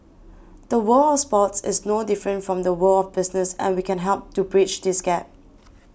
the world of sports is no different from the world of business and we can help to bridge this gap